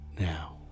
Now